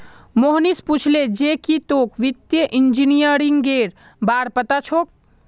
मोहनीश पूछले जे की तोक वित्तीय इंजीनियरिंगेर बार पता छोक